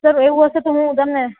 sir એવું હશે તો હું તમને